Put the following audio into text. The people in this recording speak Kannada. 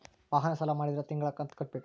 ವಾಹನ ಸಾಲ ಮಾಡಿದ್ರಾ ತಿಂಗಳ ಕಂತು ಕಟ್ಬೇಕು